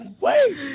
Wait